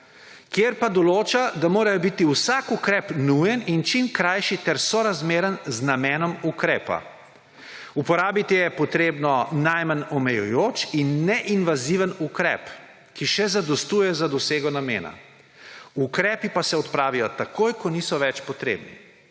ki določa, da mora biti vsak ukrep nujen in čim krajši ter sorazmeren z namenom ukrepa. Uporabiti je treba najmanj omejujoč in neinvaziven ukrep, ki še zadostuje za dosego namena. Ukrepi pa se odpravijo takoj, ko niso več potrebni.